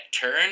turn